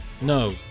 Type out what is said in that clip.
No